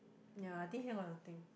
ya I think here got nothing